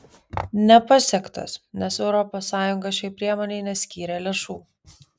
nepasiektas nes europos sąjunga šiai priemonei neskyrė lėšų